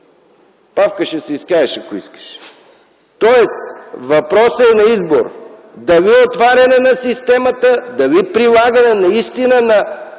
Павка, ще се изкажеш, ако искаш. Въпросът е на избор – дали отваряне на системата, дали прилагане на законите